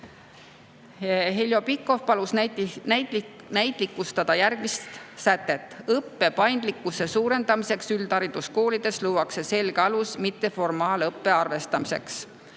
Heljo Pikhof palus näitlikustada järgmist sätet: õppe paindlikkuse suurendamiseks üldhariduskoolides luuakse selge alus mitteformaalse õppe arvestamiseks.